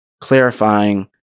clarifying